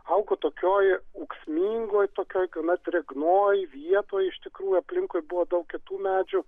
augo tokioj ūksmingoj tokioj gana drėgnoj vietoj iš tikrųjų aplinkui buvo daug kitų medžių